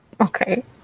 Okay